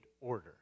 order